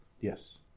Yes